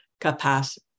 capacity